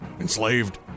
Enslaved